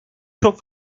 çok